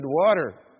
water